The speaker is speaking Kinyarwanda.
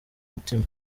mutima